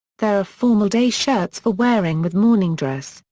there are formal day shirts for wearing with morning dress,